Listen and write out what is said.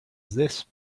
this